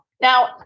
Now